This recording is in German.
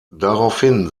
daraufhin